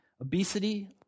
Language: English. Obesity